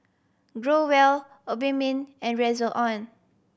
Growell Obimin and Redoxon